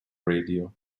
radio